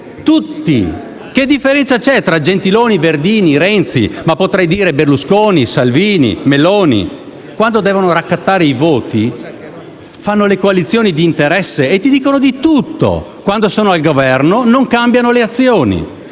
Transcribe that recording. tutti. Che differenza c'è tra Gentiloni, Verdini e Renzi, ma potrei dire Berlusconi, Salvini, Meloni? Quando devono raccattare i voti fanno le coalizioni di interesse e ti dicono di tutto. Quando sono al Governo non cambiano le azioni